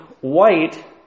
white